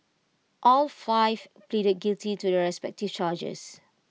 all five pleaded guilty to their respective charges